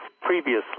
previously